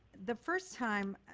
the first time,